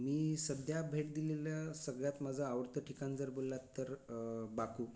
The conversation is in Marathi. मी सध्या भेट दिलेल्या सगळ्यांत माझं आवडतं ठिकाण जर बोललात तर बाकु